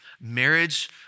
Marriage